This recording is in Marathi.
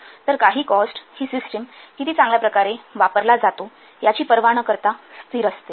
तर काही कॉस्ट ही सिस्टम किती चांगल्याप्रकारे वापरला जातो याची पर्वा न करता स्थिर असते